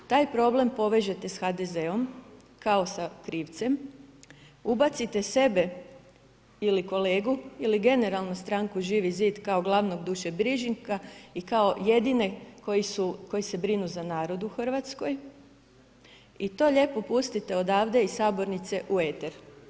Taj problem povežete sa HDZ-om kao krivcem, ubacite sebe ili kolegu ili generalno stranku Živi zid kao glavnog dušebrižnika i kao jedine koji se brinu za narod u Hrvatskoj i to lijepo pustite odavde iz sabornice u eter.